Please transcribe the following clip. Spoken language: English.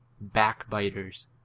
backbiters